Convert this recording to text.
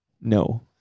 No